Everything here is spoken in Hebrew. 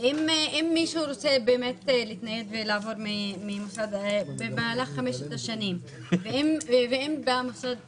אם מישהו רוצה להתנייד ולעבור במהלך חמש השנים ואם במוסד א'